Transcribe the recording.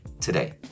today